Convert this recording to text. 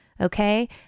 okay